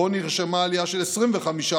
שבו נרשמה עלייה של 25%,